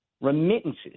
Remittances